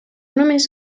només